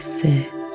sit